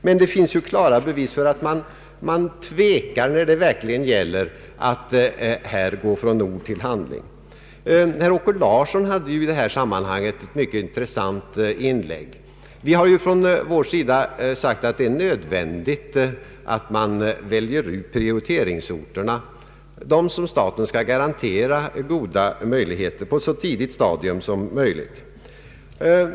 Men det finns klara bevis för att man tvekar när det verkligen gäller att gå från ord till handling. Herr Åke Larsson hade i detta sammanhang ett mycket intressant inlägg. Vi har sagt att det är nödvändigt att man på ett så tidigt stadium som möjligt väljer ut de prioriteringsorter, för vilka staten skall garantera goda möjligheter.